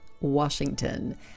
washington